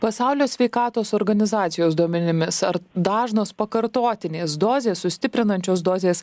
pasaulio sveikatos organizacijos duomenimis ar dažnos pakartotinės dozės sustiprinančios dozės